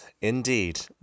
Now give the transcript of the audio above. Indeed